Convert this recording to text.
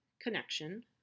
connection